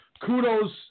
kudos